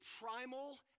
primal